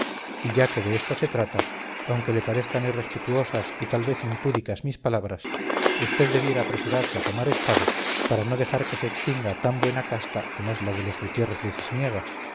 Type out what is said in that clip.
y ya que de esto se trata aunque le parezcan irrespetuosas y tal vez impúdicas mis palabras usted debiera apresurarse a tomar estado para no dejar que se extinga tan buena casta como es la de los gutiérrez de cisniega